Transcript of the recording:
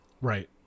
Right